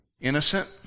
Innocent